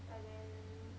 but then